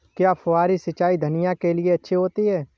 क्या फुहारी सिंचाई धनिया के लिए अच्छी होती है?